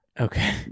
Okay